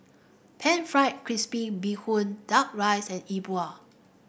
pan fried crispy Bee Hoon duck rice and E Bua